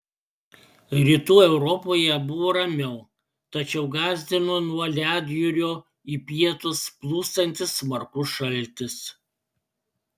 rytų europoje buvo ramiau tačiau gąsdino nuo ledjūrio į pietus plūstantis smarkus šaltis